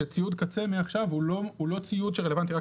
שציוד קצה מעכשיו הוא לא ציוד שרלוונטי רק